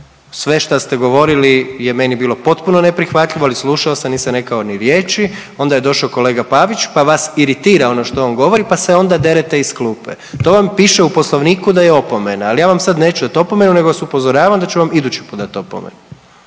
sve šta ste govorili je meni bilo potpuno neprihvatljivo, ali slušao sam, nisam rekao ni riječi, onda je došao kolega Pavić pa vas iritira ono što on govori pa se onda derete iz klupe. To vam piše u Poslovniku da je opomena, ali ja vam sad neću dat opomenu nego vas upozoravam da ću vam idući put dat opomenu.